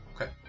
Okay